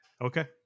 Okay